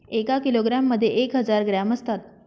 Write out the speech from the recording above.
एका किलोग्रॅम मध्ये एक हजार ग्रॅम असतात